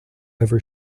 ever